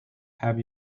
have